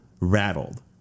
rattled